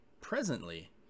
presently